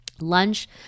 Lunch